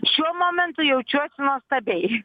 šiuo momentu jaučiuosi nuostabiai